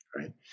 right